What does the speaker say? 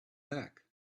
back